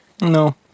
no